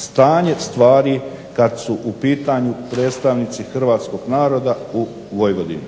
stanje stvari kada su u pitanju predstavnici Hrvatskog naroda u Vojvodini.